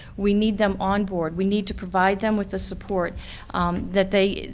we need them on board. we need to provide them with the support that they,